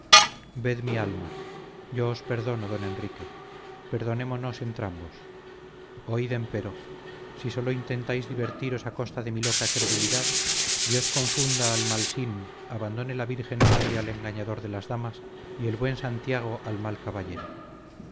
ved mi alma yo os perdono don enrique perdonémosnos entrambos oíd empero si sólo intentáis divertiros a costa de mi loca credulidad dios confunda al malsín abandone la virgen madre al engañador de las damas y el buen santiago al mal caballero